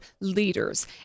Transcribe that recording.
leaders